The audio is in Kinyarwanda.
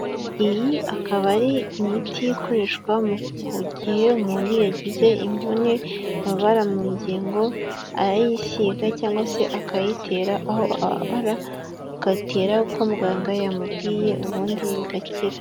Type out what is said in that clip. Iyi akaba ari imiti ikoreshwa ku gihe umuntu yagize imvune, ababara mu ngingo. Arayisiga cyangwa se akayitera aho ababara agatera uko muganga yamubwiye ubundi bigakira.